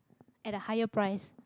at a higher price